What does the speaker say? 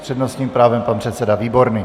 S přednostním právem pan předseda Výborný.